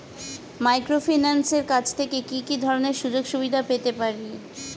মাইক্রোফিন্যান্সের কাছ থেকে কি কি ধরনের সুযোগসুবিধা পেতে পারি?